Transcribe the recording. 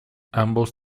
ambos